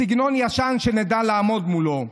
סגנון ישן שנדע לעמוד מולו.